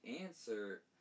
answer